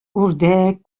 үрдәк